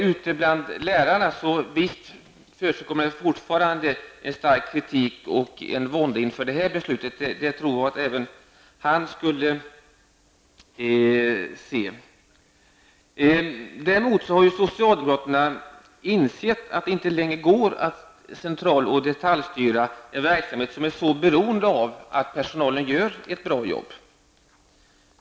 Ute bland lärarna förekommer det dock fortfarande en stark kritik av och vånda inför detta beslut. Det borde även statsrådet vara medveten om. Även socialdemokraterna har insett att det inte längre går att central och detaljstyra en verksamhet som är så beroende av att personalen gör ett bra jobb.